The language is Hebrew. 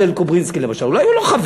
הלל קוברינסקי למשל, אולי הוא לא חבר.